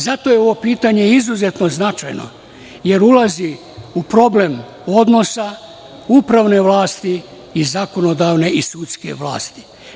Zato je ovo pitanje izuzetno značajno, jer ulazi u problem odnosa upravne vlasti i zakonodavne i sudske vlasti.